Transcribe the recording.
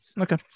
Okay